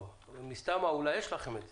ומן הסתם יש לכם את זה,